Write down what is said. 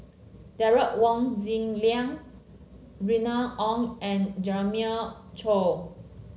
Derek Wong Zi Liang Remy Ong and Jeremiah Choy